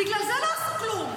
בגלל זה לא עשו כלום.